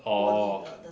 orh